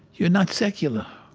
you're not secular.